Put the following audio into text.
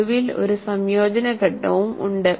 ഒടുവിൽ ഈ സംയോജന ഘട്ടവും ഉണ്ട്